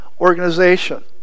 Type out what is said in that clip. organization